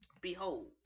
behold